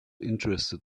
interested